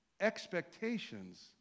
Expectations